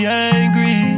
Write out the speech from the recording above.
angry